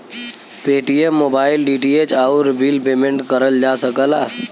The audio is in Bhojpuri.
पेटीएम मोबाइल, डी.टी.एच, आउर बिल पेमेंट करल जा सकला